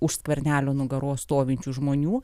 už skvernelio nugaros stovinčių žmonių